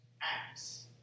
Acts